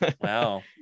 Wow